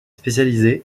spécialisée